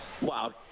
Wow